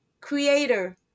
creator